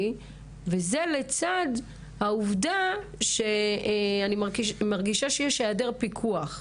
וזה לצד העבודה שאני מרגישה שיש היעדר פיקוח.